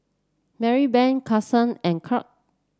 Marybeth Carsen and Curt